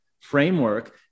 framework